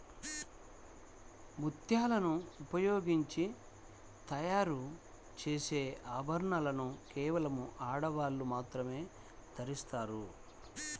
ముత్యాలను ఉపయోగించి తయారు చేసే ఆభరణాలను కేవలం ఆడవాళ్ళు మాత్రమే ధరిస్తారు